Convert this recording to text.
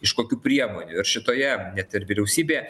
iš kokių priemonių ir šitoje net ir vyriausybėje